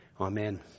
Amen